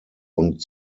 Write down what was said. und